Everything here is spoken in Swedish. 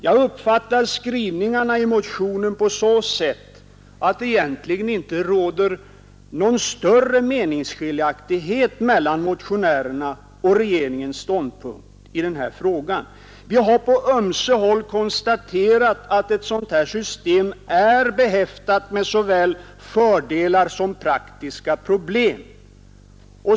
Jag uppfattar skrivningarna i motionen på så sätt att det egentligen inte råder någon större meningsskiljaktighet mellan motionärerna och regeringen i denna fråga. Vi har på ömse håll konstaterat att ett sådant här system är behäftat med såväl fördelar som praktiska problem.